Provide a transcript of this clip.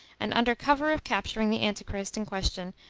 and, under cover of capturing the antichrist in question,